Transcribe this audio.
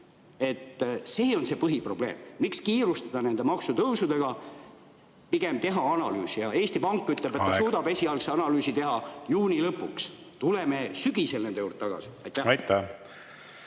See on see põhiprobleem. Miks kiirustada nende maksutõusudega? Pigem teha analüüs. Ja Eesti Pank ütleb, et … Aeg! Aeg! … ta suudab esialgse analüüsi teha juuni lõpuks. Tuleme sügisel nende juurde tagasi. … ta